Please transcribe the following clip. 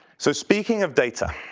so speaking of data,